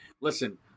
Listen